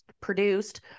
produced